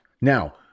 Now